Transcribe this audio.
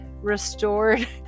restored